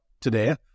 today